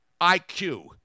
IQ